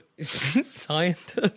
scientist